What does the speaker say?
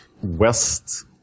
west